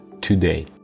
today